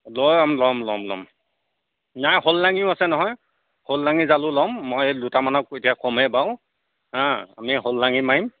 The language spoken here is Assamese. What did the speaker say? ল'ম ল'ম ল'ম ল'ম নাই শ'ল লাঙিও আছে নহয় শ'ল লাঙি জালো ল'ম মই দুটামানক এতিয়া কমেই বাৰু অঁ আমি শ'ল লাঙি মাৰিম